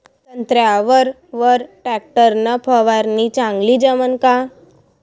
संत्र्यावर वर टॅक्टर न फवारनी चांगली जमन का?